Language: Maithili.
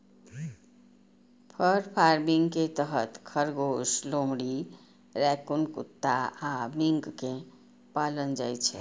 फर फार्मिंग के तहत खरगोश, लोमड़ी, रैकून कुत्ता आ मिंक कें पालल जाइ छै